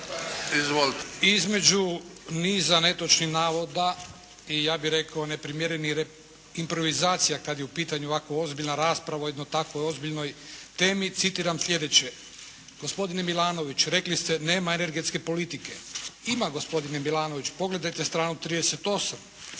Između niza netočnih navoda i ja bih rekao neprimjerenih improvizacija kad je u pitanju ovako ozbiljna rasprava o jednoj tako ozbiljnoj temi citiram slijedeće. Gospodine Milanović, rekli ste nema energetske politike. Ima gospodine Milanović, pogledajte stranu 38.